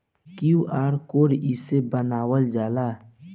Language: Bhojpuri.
क्यू.आर कोड कइसे बनवाल जाला?